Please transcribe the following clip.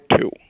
two